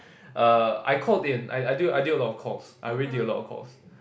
uh I called in I I did I did a lot of calls I really did a lot of calls